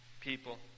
people